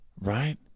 right